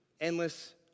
endless